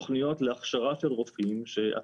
תוכניות להכשרה של רופאים שיוכלו באמת